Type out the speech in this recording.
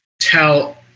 tell